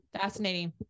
Fascinating